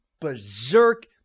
berserk